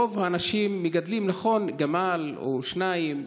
רוב האנשים מגדלים גמל או שניים,